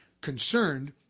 concerned